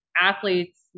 athletes